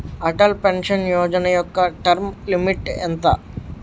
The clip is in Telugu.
అటల్ పెన్షన్ యోజన యెక్క టర్మ్ లిమిట్ ఎంత?